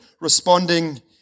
responding